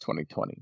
2020